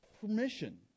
permission